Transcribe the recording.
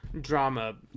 drama